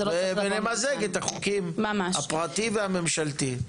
-- ולמזג את החוקים הפרטי והממשלתי ממש.